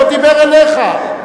הוא לא דיבר אליך.